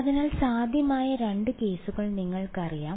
അതിനാൽ സാധ്യമായ 2 കേസുകൾ നിങ്ങൾക്കറിയാം